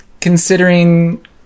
considering